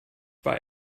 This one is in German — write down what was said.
bei